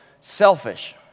selfish